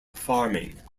farming